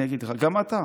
גם אתה,